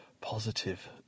positive